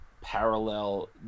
parallel